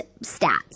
stats